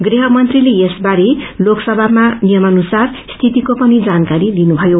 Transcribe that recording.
गृहमंत्रीले यस बारे लोकसभामा नियमअनुसारस्थितिको पनि जानकारी दिनुभयो